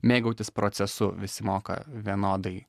mėgautis procesu visi moka vienodai